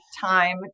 time